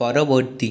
পরবর্তী